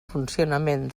funcionament